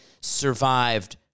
survived